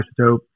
Isotope